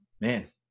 Man